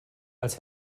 als